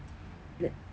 le~